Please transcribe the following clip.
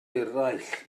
eraill